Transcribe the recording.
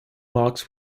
marks